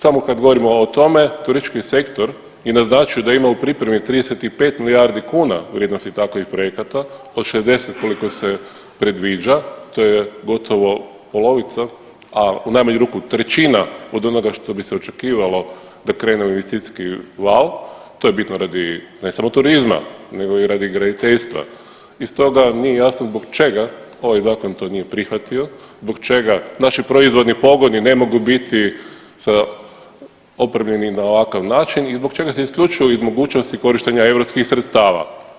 Samo kad govorimo o tome turistički sektor je naznačio da ima u pripremi 35 milijardi kuna vrijednosti takvih projekata od 60 koliko se predviđa, to je gotovo polovica, a u najmanju ruku trećina od onoga što bi se očekivalo da krene u investicijski val, to je bitno radi ne samo turizma nego i radi graditeljstva i stoga nije jasno zbog čega ovaj zakon to nije prihvatio, zbog čega naši proizvodni pogoni ne mogu biti opremljeni na ovakav način i zbog čega se isključuju iz mogućnosti korištenja europskih sredstava.